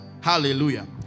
Hallelujah